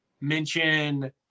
mention